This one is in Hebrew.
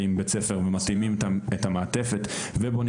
ואם בית ספר ומתאימים את המעטפת ובונים